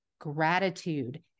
gratitude